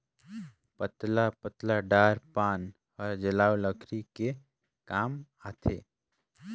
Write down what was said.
पतला पतला डार पान हर जलऊ लकरी के काम आथे